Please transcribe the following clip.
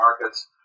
markets